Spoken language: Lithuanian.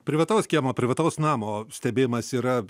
privataus kiemo privataus namo stebėjimas yra